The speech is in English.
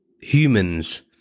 humans